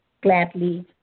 Gladly